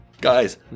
Guys